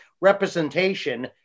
representation